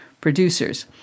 producers